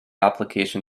application